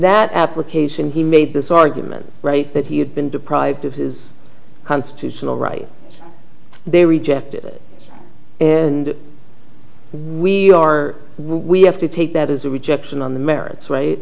that application he made this argument that he had been deprived of his constitutional rights they rejected it and we or we have to take that as a rejection on the merits